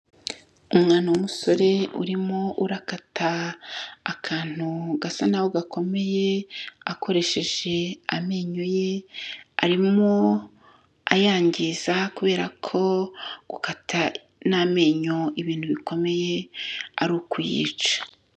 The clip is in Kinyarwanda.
Umwana w'umusore urimo urakata akantu gasa n'aho gakomeye akoresheje amenyo ye, arimo ayangiza kubera ko gukata n'amenyo ibintu bikomeye ari ukuyica.